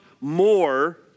more